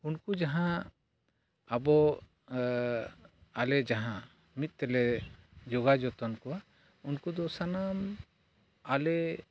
ᱩᱱᱠᱩ ᱡᱟᱦᱟᱸ ᱟᱵᱚ ᱟᱞᱮ ᱡᱟᱦᱟᱸ ᱢᱤᱫ ᱛᱮᱞᱮ ᱡᱚᱜᱟᱣ ᱡᱚᱛᱚᱱ ᱠᱚᱣᱟ ᱩᱱᱠᱩ ᱫᱚ ᱥᱟᱱᱟᱢ ᱟᱞᱮ